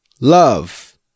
love